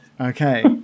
Okay